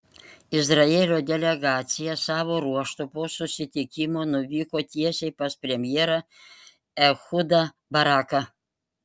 izraelio delegacija savo ruožtu po susitikimo nuvyko tiesiai pas premjerą ehudą baraką